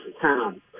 town